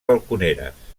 balconeres